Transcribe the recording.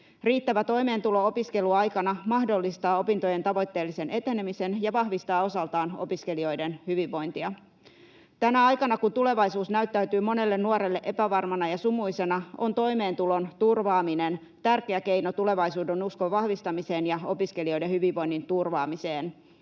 Riittävä toimeentulo opiskeluaikana mahdollistaa opintojen tavoitteellisen etenemisen ja vahvistaa osaltaan opiskelijoiden hyvinvointia. Tänä aikana, kun tulevaisuus näyttäytyy monelle nuorelle epävarmana ja sumuisena, on toimeentulon turvaaminen tärkeä keino tulevaisuudenuskon vahvistamiseen ja opiskelijoiden hyvinvoinnin turvaamiseen.